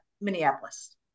Minneapolis